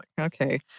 okay